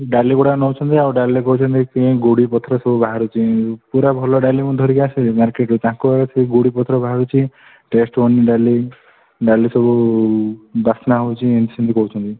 ଡାଲି ଗୁଡ଼ା ନେଉଛନ୍ତି ଆଉ ଡାଲି କହୁଛନ୍ତି ଗୋଡ଼ି ପଥର ସବୁ ବାହାରୁଛି ପୁରା ଭଲ ଡାଲି ମୁଁ ଧରିକି ଆସିଲି ମାର୍କେଟରୁ ତାଙ୍କୁ ସେ ଗୋଡ଼ି ପଥର ବାହାରୁଛି ଟେଷ୍ଟ୍ ହେଉନି ଡାଲି ଡାଲି ସବୁ ବାସ୍ନା ହେଉଛି ଏମିତି ସେମିତି କହୁଛନ୍ତି